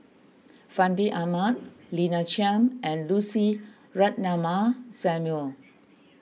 Fandi Ahmad Lina Chiam and Lucy Ratnammah Samuel